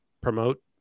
promote